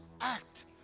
act